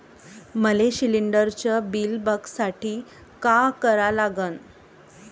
मले शिलिंडरचं बिल बघसाठी का करा लागन?